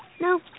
No